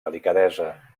delicadesa